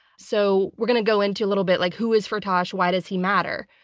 so we're gonna go into a little bit like, who is firtash? why does he matter?